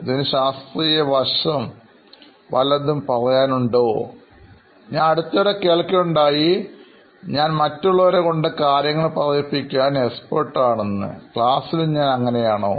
ഇതിന് ശാസ്ത്രീയവശം വല്ലതും പറയാനുണ്ടോ ഞാൻ അടുത്തിടെ കേൾക്കുകയുണ്ടായി ഞാൻ മറ്റുള്ളവരെ കൊണ്ട് കാര്യങ്ങൾ പറയിപ്പിക്കാൻ വിദഗ്ധൻ ആണെന്ന് ക്ലാസിലും ഞാൻ അങ്ങനെയാണോ